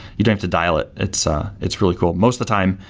you don't have to dial it. it's ah it's really cool. most the time,